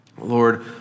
Lord